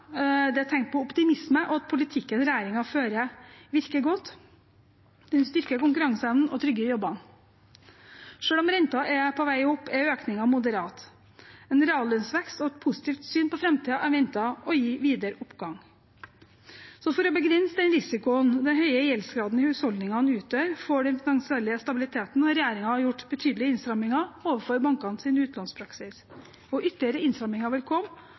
Det er et tegn på optimisme og at politikken regjeringen fører, virker godt. Den styrker konkurranseevnen og trygger jobbene. Selv om renten er på vei opp, er økningen moderat. En reallønnsvekst og et positivt syn på framtiden er ventet å gi videre oppgang. For å begrense den risikoen den høye gjeldsgraden i husholdningene utgjør for den finansielle stabiliteten, har regjeringen gjort betydelige innstramminger overfor bankenes utlånspraksis. Ytterligere innstramminger vil komme